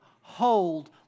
hold